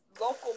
local